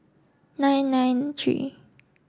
nine nine three